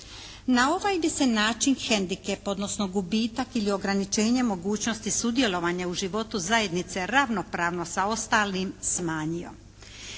Na ovaj bi se način hendikep, odnosno gubitak ili ograničenje mogućnosti sudjelovanja u životu zajednice ravnopravno sa ostalim smanjio.